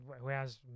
whereas